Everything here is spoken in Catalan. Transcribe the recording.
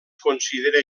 considera